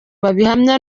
babihamya